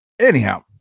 anyhow